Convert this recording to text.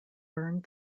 burned